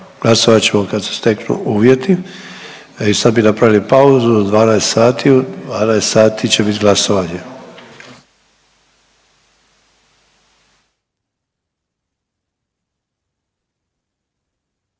glasovat ćemo kad se steknu uvjeti. Sad bi napravili pauzu do 12,00 sati u 12,00 će bit glasovanje.